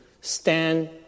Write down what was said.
stand